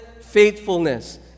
faithfulness